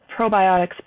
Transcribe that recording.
probiotics